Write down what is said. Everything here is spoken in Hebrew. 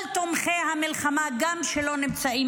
כל תומכי המלחמה, גם שלא נמצאים